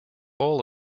all